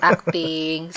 Acting